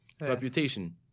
Reputation